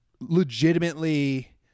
legitimately